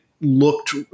looked